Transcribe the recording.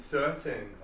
certain